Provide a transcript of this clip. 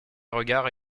regards